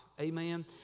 Amen